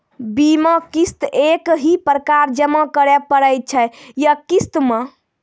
बीमा किस्त एक ही बार जमा करें पड़ै छै या किस्त मे?